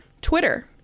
Twitter